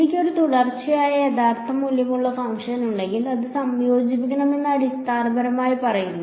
എനിക്ക് ഒരു തുടർച്ചയായ യഥാർത്ഥ മൂല്യമുള്ള ഫംഗ്ഷൻ ഉണ്ടെങ്കിൽ അത് സംയോജിപ്പിക്കണമെന്ന് അടിസ്ഥാനപരമായി പറയുന്നു